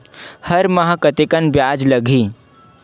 हर माह कतेकन ब्याज लगही?